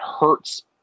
hurts